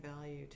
value